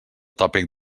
tòpic